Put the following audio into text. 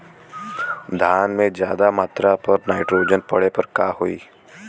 धान में ज्यादा मात्रा पर नाइट्रोजन पड़े पर का होई?